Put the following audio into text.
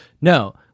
No